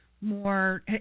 more –